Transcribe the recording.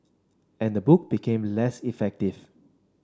and the book became less effective